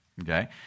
okay